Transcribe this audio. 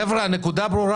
חבר'ה, הנקודה ברורה.